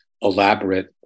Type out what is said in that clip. elaborate